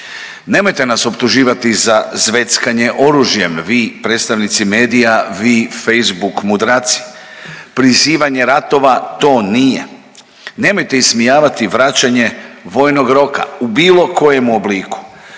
Nemojte nas optuživati za zveckanje oružjem, vi predstavnici medija, vi Facebook mudraci, prizivanje ratova to nije. Nemojte ismijavati vraćanje vojnog roka u bilo kojem obliku.